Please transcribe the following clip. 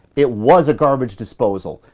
it was a garbage disposal.